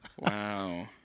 Wow